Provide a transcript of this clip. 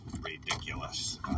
ridiculous